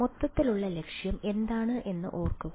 മൊത്തത്തിലുള്ള ലക്ഷ്യം എന്താണ് എന്ന് ഓർക്കുക